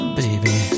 baby